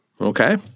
Okay